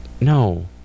no